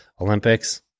Olympics